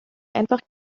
einfach